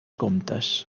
comptes